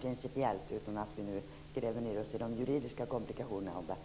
principiellt i den här frågan, utan att vi gräver ned oss i de juridiska komplikationerna av detta.